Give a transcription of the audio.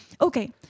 Okay